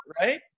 Right